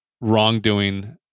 wrongdoing